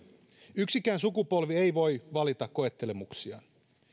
yksikään sukupolvi ei voi valita koettelemuksiaan